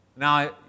Now